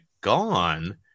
gone